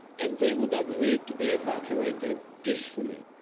and they would agree to be evacuated peacefully,